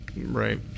Right